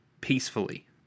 peacefully